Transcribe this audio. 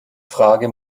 frage